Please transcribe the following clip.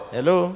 Hello